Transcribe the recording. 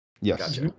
yes